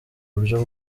uburyo